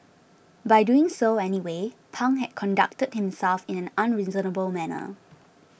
by doing so anyway Pang had conducted himself in an unreasonable manner